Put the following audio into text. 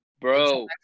bro